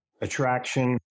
attraction